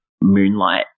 moonlight